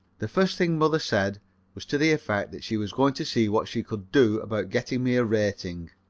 the first thing mother said was to the effect that she was going to see what she could do about getting me a rating.